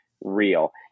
real